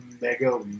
mega